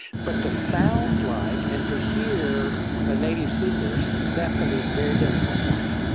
but to sound like and to hear ah native speakers, that's going to be very difficult for me.